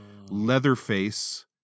Leatherface